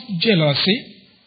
jealousy